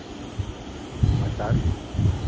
तो नमस्कार